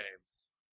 games